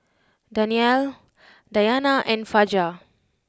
Danial Dayana and Fajar